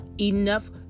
enough